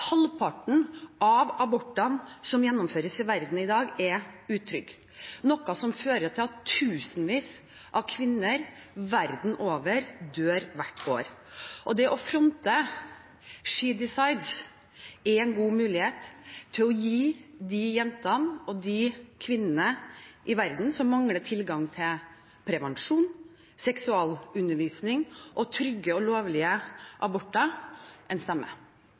Halvparten av abortene som gjennomføres i verden i dag, er utrygge – noe som fører til at tusenvis av kvinner verden over dør hvert år. Det å fronte She Decides er en god mulighet til å gi de jentene og kvinnene i verden som mangler tilgang til prevensjon, seksualundervisning og trygge og lovlige aborter,